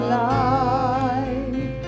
life